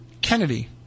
Kennedy